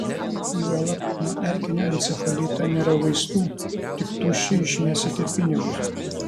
juolab nuo erkinio encefalito nėra vaistų tik tuščiai išmesite pinigus